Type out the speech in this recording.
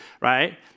right